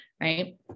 right